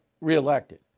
re-elected